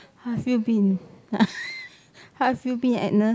how have you been how have you been Agnes